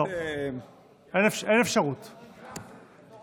אפשר גם שאלה?